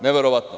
Neverovatno.